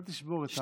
אל תשבור את זה.